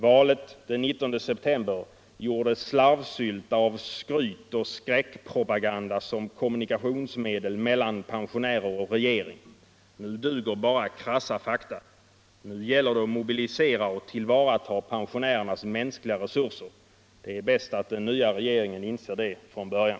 Valet den 19 september gjorde slarvsylta av skryt och skräckpropaganda som kommunikationsmedel mellan pensionärer och regering. Nu duger bara krassa fakta. Nu gäller det att mobilisera och tillvarata pensionärernas mänskligu resurser. Det är bäst att den nya regeringen inser det från början.